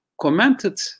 commented